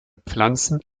pflanzen